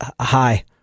Hi